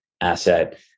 asset